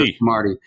Marty